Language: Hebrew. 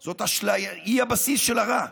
היא הבסיס של הרע.